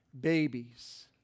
babies